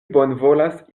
bonvolas